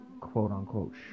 quote-unquote